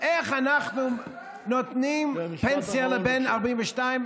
איך אנחנו נותנים פנסיה לבן 42,